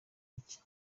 iki